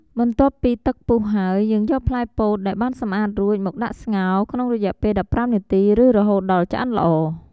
បន្ទាប់ពីទឹកពុះហើយ យើងយកផ្លែពោតដែលបានសម្អាតរួចមកដាក់ស្ងោរ ក្នុងរយៈពេល១៥នាទី ឬរហូតដល់ឆ្អិនល្អ។